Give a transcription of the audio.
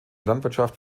landwirtschaft